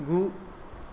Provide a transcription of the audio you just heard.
गु